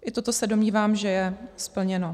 I toto se domnívám, že je splněno.